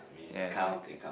ya it's mic